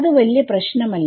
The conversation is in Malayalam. അത് വലിയ പ്രശ്നം അല്ല